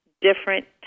different